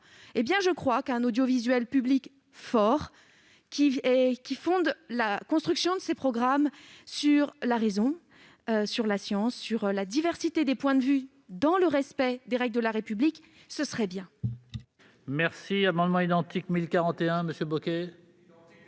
je crois qu'un audiovisuel public fort, qui fonde la mise en oeuvre de ses programmes sur la raison, la science et la diversité des points de vue, dans le respect des règles de la République, serait